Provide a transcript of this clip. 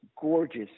gorgeous